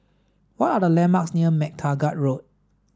what are the landmarks near MacTaggart Road